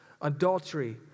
adultery